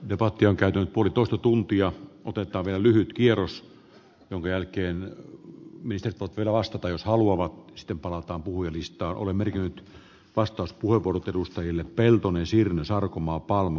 debatti on käyty puolitoista tuntia otettavia lyhyt kierros jonka jälkeen ihmiset ottelu vastata jos haluavat sitten palataan puudelista ole merkinnyt paistos kuivunut edustajille peltonen siirtynee tässä asiassa